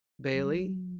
Bailey